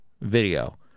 video